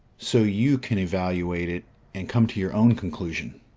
so you can evaluate it and come to your own conclusion.